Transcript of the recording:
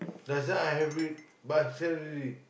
last time I have it but I sell already